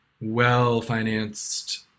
well-financed